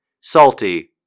salty